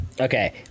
Okay